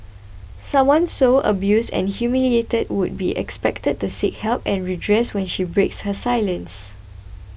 someone so abused and humiliated would be expected to seek help and redress when she breaks her silence